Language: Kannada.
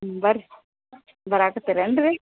ಹ್ಞೂ ಬನ್ರಿ ಬರಾಕತೇರೇನು ರೀ